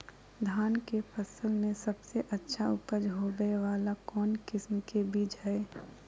धान के फसल में सबसे अच्छा उपज होबे वाला कौन किस्म के बीज हय?